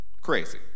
Crazy